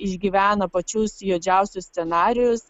išgyvena pačius juodžiausius scenarijus